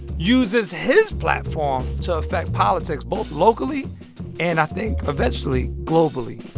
uses his platform to affect politics both locally and i think eventually globally.